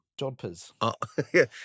jodpers